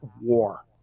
war